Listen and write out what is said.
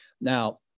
Now